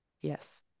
Yes